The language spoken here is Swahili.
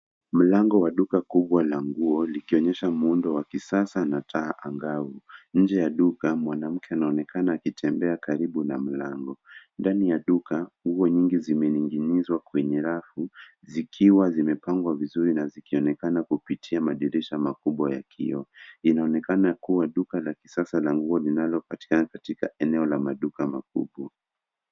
Mlango wa duka kubwa la nguo likionyesha muundo wa kisasa na taa angavu. Nje ya duka mwanamke anaonekana akitembea karibu na mlango. Ndani ya duka, nguo nyingi zimening'inizwa kwenye rafu zikiwa zimepangwa vizuri na zikionekana kupitia madirisha makubwa ya kioo. Inaonekana kuwa duka la kisasa la nguo linalopatikana katika eneo la maduka makubwa.